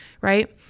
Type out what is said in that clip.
right